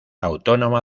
autónoma